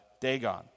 Dagon